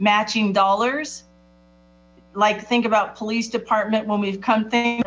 matching dollars like think about police department when we've come t